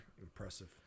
Impressive